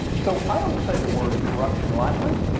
so i don't say the word corruption lightly.